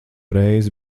reizi